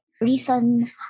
reason